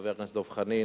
חבר הכנסת דב חנין,